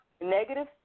negative